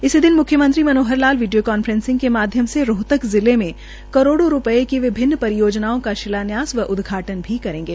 इसी दिन मुख्यमंत्री मनोहर लाल वीडियो कांफ्रेसिंग के माध्यम से रोहतक जिले में करोड़ो रूपये की विभिन्न परियोजनाओं का शिलान्यास व उदघाटन् भी करेंगे